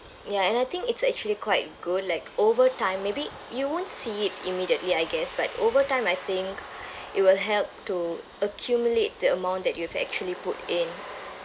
ya and I think it's actually quite good like over time maybe you won't see it immediately I guess but over time I think it will help to accumulate the amount that you have actually put in